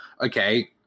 okay